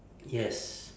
yes